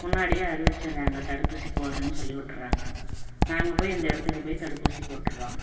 முன்னாடியே அறிவிச்சிறாங்க தடுப்பூசி போடுறேனு சொல்லி விட்ருறாங்க நாங்கள் போய் அந்த இடத்துக்கு போய் தடுப்பூசி போட்டுடறோம்